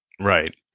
Right